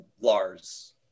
Lars